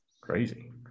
crazy